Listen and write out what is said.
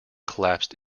collapsed